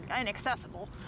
inaccessible